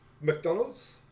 McDonald's